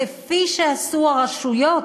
כפי שעשו הרשויות